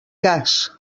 cas